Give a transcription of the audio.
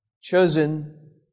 Chosen